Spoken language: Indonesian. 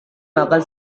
makan